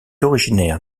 originaire